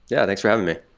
yeah, thanks for having me.